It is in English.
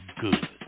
good